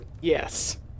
Yes